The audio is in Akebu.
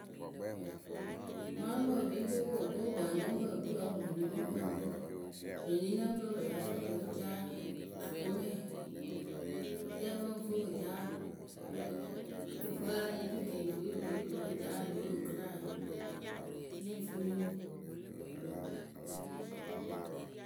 Mɔɔrʊkpǝ wɨ kpii kpokpo kpǝǝnɛŋkpǝ wɨ kpii wǝ́ poroninɛŋkpǝ wɨ kpii, poroni nɛŋkpǝ we pɨ lǝ́ǝ fɨ pɨ ŋ caa akʊmɛ. Rɛ pɨŋ fɨ pɨ caa, pɨ fɨ ayɩlɩtui pɨ fɨ pɨ kpii pɨ fɨ pɨ caa riwogɨra. Nyɨ ŋ fɨ nɨ ri.